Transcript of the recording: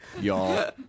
y'all